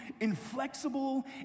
inflexible